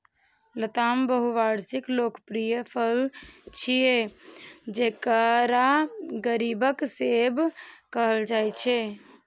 लताम बहुवार्षिक लोकप्रिय फल छियै, जेकरा गरीबक सेब कहल जाइ छै